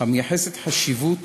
המייחסת חשיבות